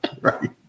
Right